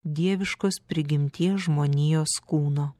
dieviškos prigimties žmonijos kūno